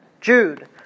Jude